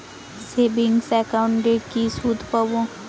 Savings একাউন্টে কি সুদ পাব?